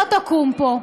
לא תקום פה.